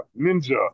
ninja